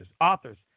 authors